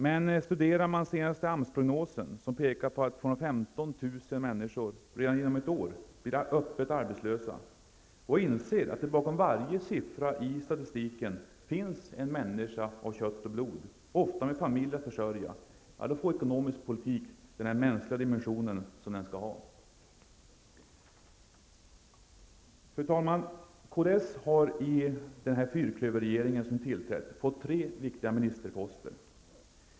Men studerar man den senaste AMS-prognosen, som pekar på att 215 000 människor redan inom ett år blir öppet arbetslösa, och inser att det bakom varje siffra i statistiken finns en människa av kött och blod, ofta med familj att försörja, då får ekonomisk politik den mänskliga dimension den skall ha. Fru talman! Kds har i den fyrklöverregering som nu tillträtt fått tre viktiga ministerposter.